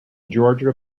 georgia